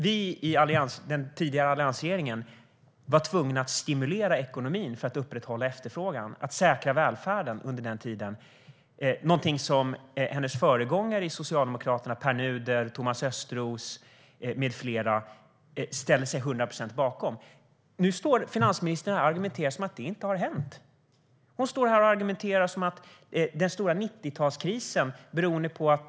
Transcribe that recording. Vi i den tidigare alliansregeringen var tvungna att stimulera ekonomin för att upprätthålla efterfrågan och säkra välfärden under krisen. Det var någonting som finansministerns föregångare i Socialdemokraterna, Pär Nuder, Thomas Östros med flera, ställde sig bakom till hundra procent. Nu står finansministern här och argumenterar som om detta inte har hänt. Hon argumenterar som om den stora 90-talskrisen aldrig hade inträffat.